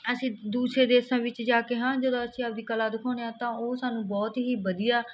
ਅਸੀਂ ਦੂਸਰੇ ਦੇਸ਼ਾਂ ਵਿੱਚ ਜਾ ਕੇ ਹਾਂ ਜਦੋਂ ਆਪਦੀ ਕਲਾ ਦਿਖਾਉਂਦੇ ਹਾਂ ਤਾਂ ਉਹ ਸਾਨੂੰ ਬਹੁਤ ਹੀ ਵਧੀਆ